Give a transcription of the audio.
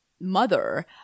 mother